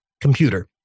computer